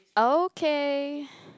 okay